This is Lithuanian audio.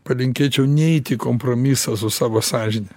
palinkėčiau neit į kompromisą su savo sąžine